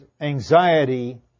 Anxiety